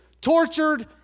tortured